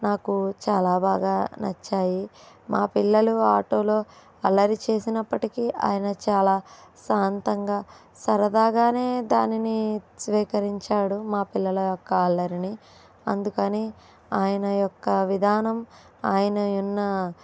నాకు చాలా బాగా నచ్చాయి మా పిల్లలు ఆటోలో అల్లరి చేసినప్పటికీ ఆయన చాలా శాంతాంగా సరదాగానే దానిని స్వీకరించాడు మా పిల్లల యొక్క అల్లరిని అందుకని ఆయన యొక్క విధానం ఆయన ఉన్న ఆ ఇది